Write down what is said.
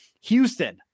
Houston